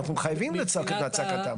אנחנו חייבים לצעקתם.